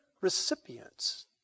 recipients